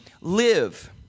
live